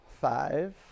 Five